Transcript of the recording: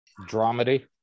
Dramedy